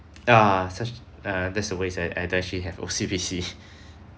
oh such a that's a waste I I don't actually have O_C_B_C